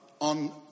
on